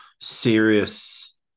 serious